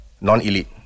non-elite